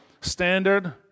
standard